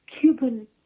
Cuban